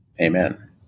Amen